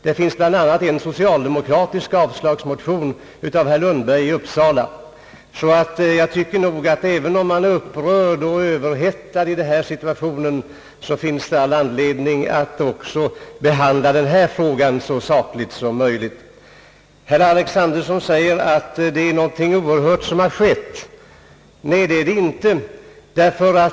Det finns bl.a. en Även om man är upprörd och överhettad i denna situation, tycker jag nog att det finns all anledning att behandla även denna fråga så sakligt som möjligt. Herr Alexanderson. säger att »det är någonting oerhört som har skett». Nej, det är det inte!